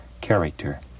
character